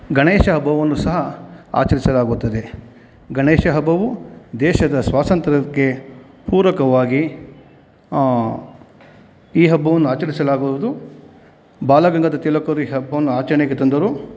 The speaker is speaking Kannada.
ಗಣೇಶ ಹಬ್ಬವನ್ನೂ ಸಹ ಆಚರಿಸಲಾಗುತ್ತದೆ ಗಣೇಶ ಹಬ್ಬವು ದೇಶದ ಸ್ವಾತಂತ್ರ್ಯಕ್ಕೆ ಪೂರಕವಾಗಿ ಈ ಹಬ್ಬವನ್ನು ಆಚರಿಸಲಾಗುವುದು ಬಾಲಗಂಗಾಧರ ತಿಲಕ್ ಅವರು ಈ ಹಬ್ಬವನ್ನು ಆಚರಣೆಗೆ ತಂದರು